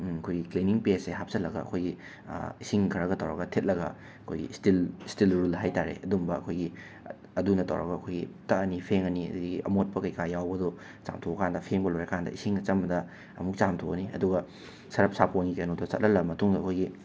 ꯑꯩꯈꯣꯏꯒꯤ ꯀ꯭ꯂꯦꯅꯤꯡ ꯄꯦꯁꯁꯦ ꯍꯥꯞꯆꯤꯜꯂꯒ ꯑꯩꯈꯣꯏꯒꯤ ꯏꯁꯤꯡ ꯈꯔꯒ ꯇꯧꯔꯒ ꯊꯤꯠꯂꯒ ꯑꯩꯈꯣꯏꯒꯤ ꯏꯁꯇꯤꯜ ꯏꯁꯇꯤꯜ ꯔꯨꯜ ꯍꯥꯏ ꯇꯥꯔꯦ ꯑꯗꯨꯒꯨꯝꯕ ꯑꯩꯈꯣꯏꯒꯤ ꯑꯗꯨꯅ ꯇꯧꯔꯒ ꯑꯩꯈꯣꯏꯒꯤ ꯇꯛꯑꯅꯤ ꯐꯦꯡꯉꯅꯤ ꯑꯗꯨꯗꯒꯤ ꯑꯃꯣꯠꯄ ꯀꯩ ꯀꯥ ꯌꯥꯎꯕꯗꯣ ꯆꯥꯝꯊꯣꯛꯑꯀꯥꯟꯗ ꯐꯦꯡꯕ ꯂꯣꯏꯔꯀꯥꯟꯗ ꯏꯁꯤꯡ ꯑꯆꯝꯕꯗ ꯑꯃꯨꯛ ꯆꯥꯝꯊꯣꯛꯑꯅꯤ ꯑꯗꯨꯒ ꯁꯔꯞ ꯁꯥꯄꯣꯟꯒꯤ ꯀꯩꯅꯣꯗꯣ ꯆꯠꯍꯜꯂꯕ ꯃꯇꯨꯡꯗ ꯑꯩꯈꯣꯏꯒꯤ